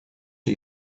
are